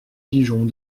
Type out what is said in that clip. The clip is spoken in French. pigeons